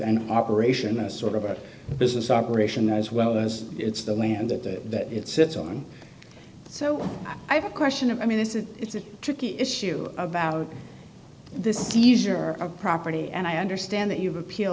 an operation a sort of a business operation as well as it's the land that it sits on so i have a question of i mean this is it's a tricky issue about this seizure of property and i understand that you've appeal